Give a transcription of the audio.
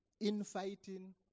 infighting